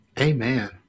Amen